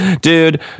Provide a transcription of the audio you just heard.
dude